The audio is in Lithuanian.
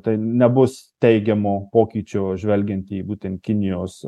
tai nebus teigiamo pokyčio žvelgiant į būtent kinijos